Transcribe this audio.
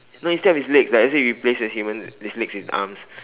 no instead of its legs like let's say you replace a human its legs with arms